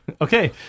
okay